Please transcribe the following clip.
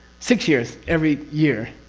six years, every year.